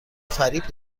فریب